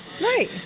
Right